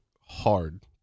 hard